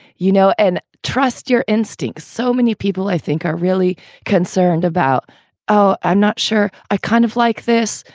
you know, and trust your instincts so many people i think are really concerned about oh, i'm not sure i kind of like this.